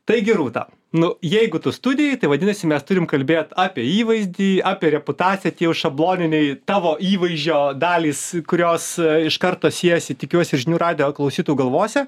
taigi rūta nu jeigu tu studijoj tai vadinasi mes turim kalbėt apie įvaizdį apie reputaciją tie jau šabloniniai tavo įvaizdžio dalys kurios iš karto siejasi tikiuosi žinių radijo klausytojų galvose